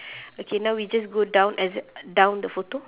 okay now we just go down as down the photo